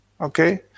Okay